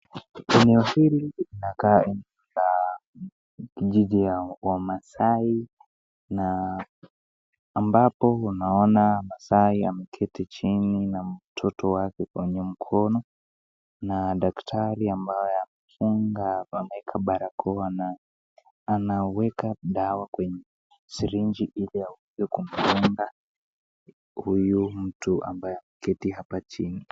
Eneo hili kuna gari, la kijiji ya wamasai na ambapo tunaona masai ameketi chini na mtoto wake kwenye mkono, na dakitari ambaye amefunga ameeka barakoa anaweka dawa kwenye syringe,(cs), iliaweze kumdunga huyu mtu ambaye ameketi hapa chini.